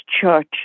church